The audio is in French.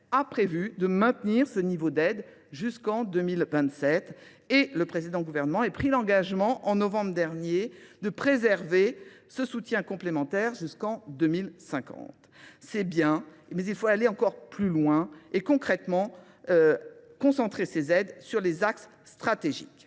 a prévu de maintenir ce niveau d'aide jusqu'en 2027 et le président du gouvernement a pris l'engagement en novembre dernier de préserver ce soutien complémentaire jusqu'en 2050. c'est bien, mais il faut aller encore plus loin et concrètement concentrer ces aides sur les axes stratégiques.